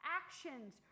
actions